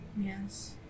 Yes